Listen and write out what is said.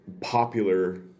popular